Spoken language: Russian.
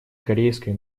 корейской